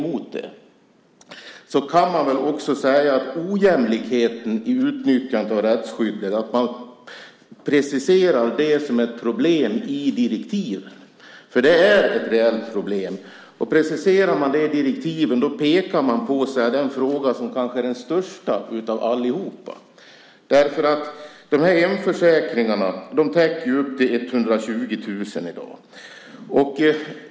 Men man borde också precisera ojämlikheten i utnyttjandet av rättskyddet som ett problem i direktiven. Det är ett reellt problem. Preciserar man det i direktiven pekar man på den fråga som kanske är den största av allihop. Hemförsäkringarna täcker i dag kostnader upp till 120 000 kronor.